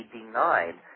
denied